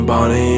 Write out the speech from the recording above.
Bonnie